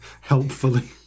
helpfully